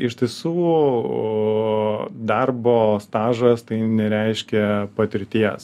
iš tiesų o darbo stažas tai nereiškia patirties